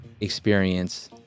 experience